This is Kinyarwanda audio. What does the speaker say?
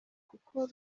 kuko